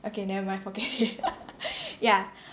okay never mind forget it ya